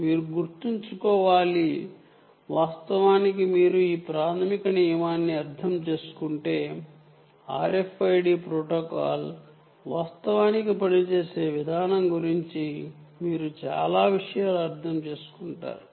మీరు గుర్తుంచుకోవాలి వాస్తవానికి మీరు ఈ ప్రాథమిక నియమాన్ని అర్థం చేసుకుంటే RFID ప్రోటోకాల్ వాస్తవానికి పనిచేసే విధానం గురించి మీరు చాలా విషయాలు అర్థం చేసుకుంటారు